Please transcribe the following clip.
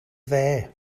dde